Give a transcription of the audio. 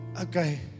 Okay